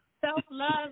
Self-love